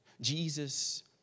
Jesus